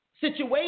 situation